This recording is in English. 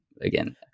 again